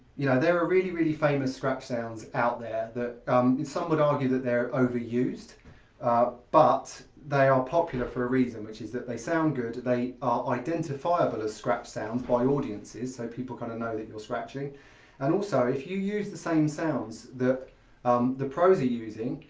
you know there are really really famous scratch sounds out there that in some would argue that they're overused but they are popular for a reason, which is that they sound good, they are identifiable as scratch sounds by audiences so people kind of know that you're scratching and also, if you use the same sounds that the um the pros are using,